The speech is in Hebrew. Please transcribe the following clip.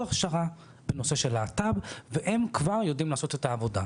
הכשרה בנושא של להט"ב והם כבר יודעים לעשות עבודה.